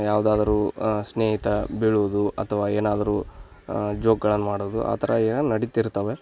ಯಾವುದಾದರೂ ಸ್ನೇಹಿತ ಬೀಳುವುದು ಅಥವಾ ಏನಾದರೂ ಜೋಕ್ಗಳನ್ನು ಮಾಡೋದು ಆ ಥರ ಏನೋ ನಡೀತಿರ್ತವೆ